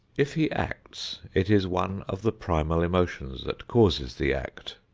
if he acts, it is one of the primal emotions that causes the act.